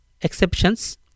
exceptions